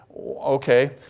okay